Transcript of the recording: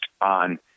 on